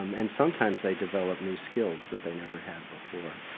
um and sometimes they develop new skills that they never had before.